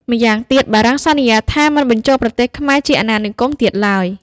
ម្យ៉ាងទៀតបារាំងសន្យាថាមិនបញ្ចូលប្រទេសខ្មែរជាអាណា និគមទៀតឡើយ។